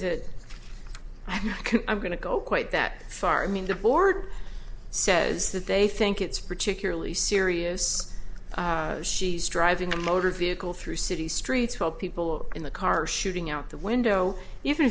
that i'm going to go quite that far i mean the board says that they think it's particularly serious she's driving a motor vehicle through city streets while people in the car shooting out the window